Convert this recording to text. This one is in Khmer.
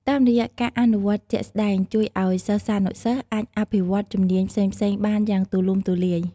តាមរយៈការអនុវត្តជាក់ស្តែង ជួយអោយសិស្សានុសិស្សអាចអភិវឌ្ឍជំនាញផ្សេងៗបានយ៉ាងទូលំទូលាយ។